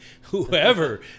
whoever